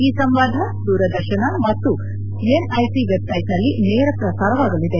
ಈ ಸಂವಾದ ದೂರದರ್ಶನ ಮತ್ತು ಎನ್ಐಸಿ ವೆಬ್ಸೈಟ್ನಲ್ಲಿ ನೇರ ಪ್ರಸಾರವಾಗಲಿದೆ